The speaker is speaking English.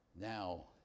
Now